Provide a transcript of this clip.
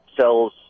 sells